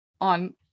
on